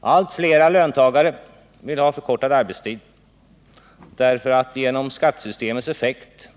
Allt fler löntagare vill ha förkortad arbetstid, eftersom den disponibla inkomsten genom skattesystemets effekter